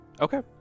Okay